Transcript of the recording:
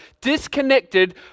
disconnected